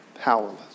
powerless